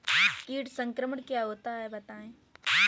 कीट संक्रमण क्या होता है बताएँ?